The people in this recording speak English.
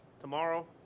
Tomorrow